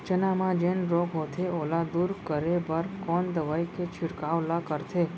चना म जेन रोग होथे ओला दूर करे बर कोन दवई के छिड़काव ल करथे?